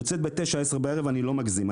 יוצאת בתשע-עשר בערב ואני לא מגזים,